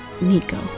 nico